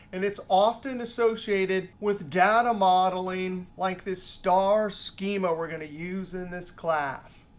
and it's often associated with data modeling, like this star schema we're going to use in this class.